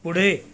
पुढे